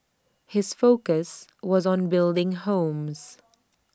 his focus was on building homes